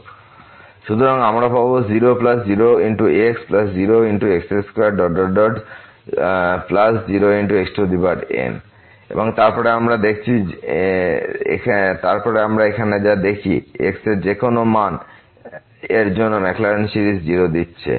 সুতরাং আমরা পাবো 00⋅x0⋅x2⋯0⋅xn এবং তারপর আমরা এখানে যা দেখি x এর যেকোনো মান এর জন্য ম্যাকলোরিন সিরিজ 0 দিচ্ছে